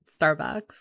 Starbucks